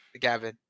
Gavin